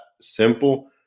simple